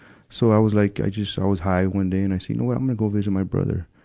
so i was like, i just, so i was high one day, and i say you know what, i'm gonna go visit my brother.